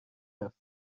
رفت